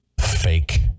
fake